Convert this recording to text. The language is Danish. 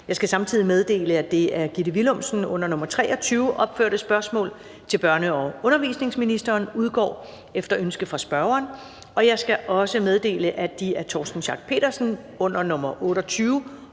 Jeg skal samtidig meddele, at det af Gitte Willumsen (V) under nr. 23 opførte spørgsmål til børne- og undervisningsministeren (S 1078) udgår efter ønske fra spørgeren. Jeg skal også meddele, at de af Torsten Schack Pedersen (V) under nr. 28